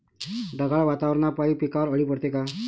ढगाळ वातावरनापाई पिकावर अळी पडते का?